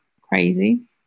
crazy